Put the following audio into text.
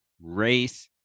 race